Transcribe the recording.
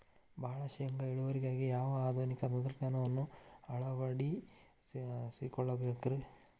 ಭಾಳ ಶೇಂಗಾ ಇಳುವರಿಗಾಗಿ ಯಾವ ಆಧುನಿಕ ತಂತ್ರಜ್ಞಾನವನ್ನ ಅಳವಡಿಸಿಕೊಳ್ಳಬೇಕರೇ?